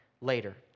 later